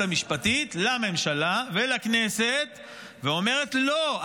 המשפטית לממשלה ולכנסת ואומרת: לא,